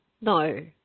No